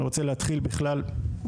אני רוצה להתחיל מבג"צ.